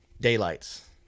daylights